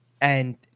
and-